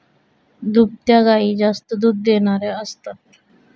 दुभत्या गायी जास्त दूध देणाऱ्या असतात